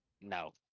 no